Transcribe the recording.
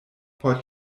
por